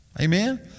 Amen